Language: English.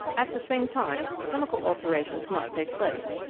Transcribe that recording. at the same time chemical alterations must take place,